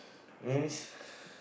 means